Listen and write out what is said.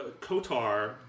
Kotar